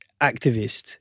activist